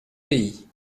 pays